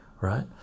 right